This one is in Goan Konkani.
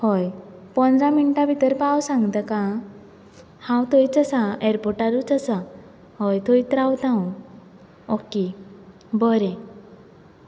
हय पंदरा मिनटां भितर पाव सांग तेका हांव थंयच आसा एअरपोर्टारूच आसा हय थंयच रावता हांव ओके बरें